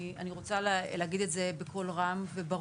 אני רוצה להגיד את זה בקול רם וברור.